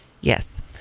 Yes